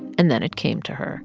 and then it came to her